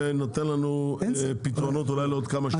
ונותן לנו פתרונות אולי לעוד כמה שנים.